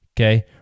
Okay